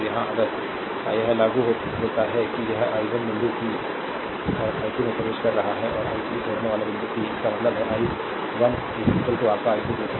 तो यहाँ अगर यह लागू होता है कि यह i 1 बिंदु p और i2 में प्रवेश कर रहा है और i 3 छोड़ने वाला बिंदु p इसका मतलब है आई 1 आपका i2 i 3